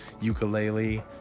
ukulele